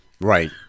Right